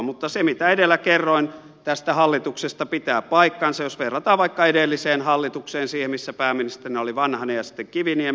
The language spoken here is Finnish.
mutta se mitä edellä kerroin tästä hallituksesta pitää paikkansa jos verrataan vaikka edelliseen hallitukseen siihen missä pääministerinä oli vanhanen ja sitten kiviniemi